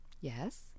yes